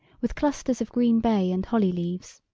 with clusters of green bay and holly leaves.